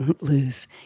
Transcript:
lose